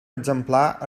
exemplar